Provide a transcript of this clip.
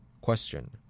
Question